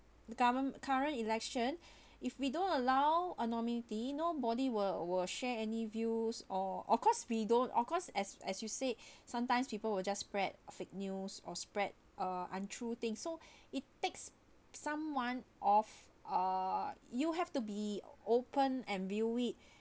the government current election if we don't allow anonymity no body will will share any views or of course we don't of course as as you say sometimes people will just spread fake news or spread uh untrue thing so it takes someone of uh you have to be open and view it